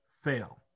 fail